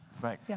Right